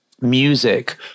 music